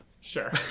Sure